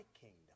kingdom